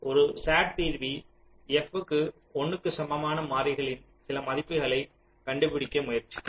ஒரு SAT தீர்வி f க்கு 1 க்கு சமமான மாறிகளின் சில மதிப்புகளைக் கண்டுபிடிக்க முயற்சிக்கும்